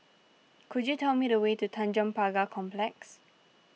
could you tell me the way to Tanjong Pagar Complex